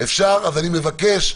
אז אני מבקש: